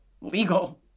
legal